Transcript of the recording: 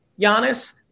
Giannis